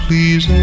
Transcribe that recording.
Please